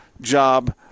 job